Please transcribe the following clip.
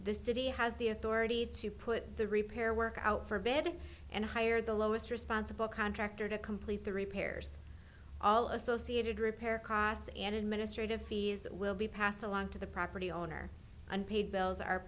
the city has the authority to put the repair work out for bed and hire the lowest responsible contractor to complete the repairs all associated repair costs and administrative fees will be passed along to the property owner unpaid bills are